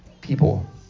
people